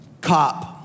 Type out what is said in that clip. cop